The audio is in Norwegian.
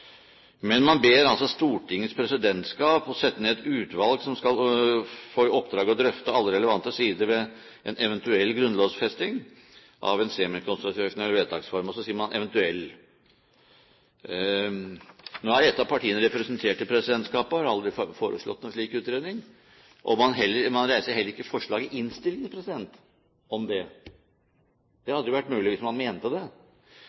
Men man ber altså Stortingets presidentskap om å sette ned et utvalg som skal få i oppdrag å drøfte alle relevante sider ved en eventuell grunnlovfesting av en semikonstitusjonell vedtaksform. Man sier «eventuell». Ett av partiene er representert i presidentskapet og har aldri foreslått noen slik utredning, og man reiser heller ikke forslag om det i innstillingen. Det hadde jo vært mulig hvis man mente det. Og for å gjøre det